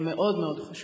מאוד מאוד חשוב.